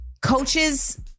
coaches